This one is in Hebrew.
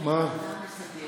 אין אלטרנטיבות.